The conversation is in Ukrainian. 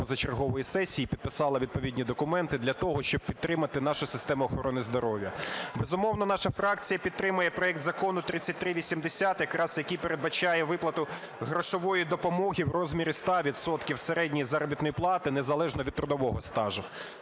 позачергової сесії, підписала відповідні документи для того, щоб підтримати нашу систему охорони здоров'я. Безумовно, наша фракція підтримує проект Закону 3380, який якраз передбачає виплату грошової допомоги в розмірі 100 відсотків середньої заробітної плати незалежно від трудового стажу.